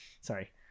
sorry